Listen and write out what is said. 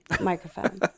microphone